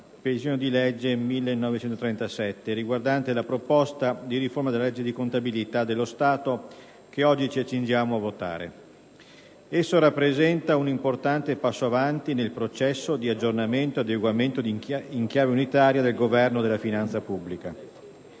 di legge n. 1937 riguardante la proposta di riforma della legge di contabilità dello Stato, che oggi ci accingiamo a votare. Esso rappresenta un importante passo avanti nel processo di aggiornamento e adeguamento, in chiave unitaria, del governo della finanza pubblica.